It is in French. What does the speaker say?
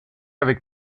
avec